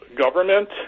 government